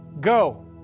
go